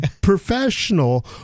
professional